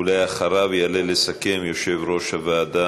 אחריו יעלה לסכם יושב-ראש הוועדה,